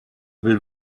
will